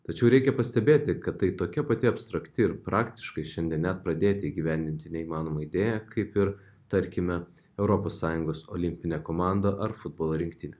tačiau reikia pastebėti kad tai tokia pati abstrakti ir praktiškai šiandien net pradėti įgyvendinti neįmanoma idėja kaip ir tarkime europos sąjungos olimpinė komanda ar futbolo rinktinė